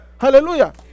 Hallelujah